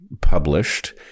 Published